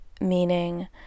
Meaning